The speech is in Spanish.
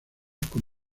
con